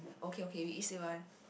okay okay we each say one